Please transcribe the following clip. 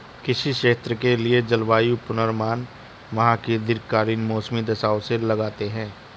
किसी क्षेत्र के लिए जलवायु पूर्वानुमान वहां की दीर्घकालिक मौसमी दशाओं से लगाते हैं